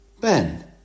Ben